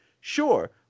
sure